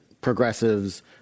progressives